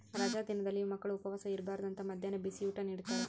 ರಜಾ ದಿನದಲ್ಲಿಯೂ ಮಕ್ಕಳು ಉಪವಾಸ ಇರಬಾರ್ದು ಅಂತ ಮದ್ಯಾಹ್ನ ಬಿಸಿಯೂಟ ನಿಡ್ತಾರ